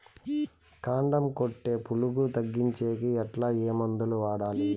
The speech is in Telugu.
కాండం కొట్టే పులుగు తగ్గించేకి ఎట్లా? ఏ మందులు వాడాలి?